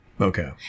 Okay